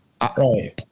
Right